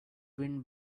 wind